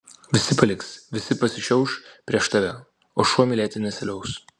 visi paliks visi pasišiauš prieš tave o šuo mylėti nesiliaus